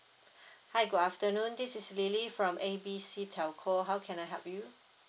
hi good afternoon this is lily from A B C telco how can I help you